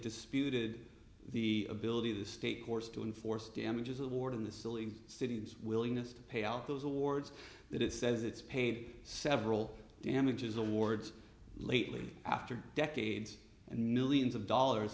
disputed the ability of the state courts to enforce damages awarded the silly students willingness to pay out those awards that it says it's paid several damages awards lately after decades and millions of dollars